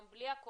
גם בלי הקורונה,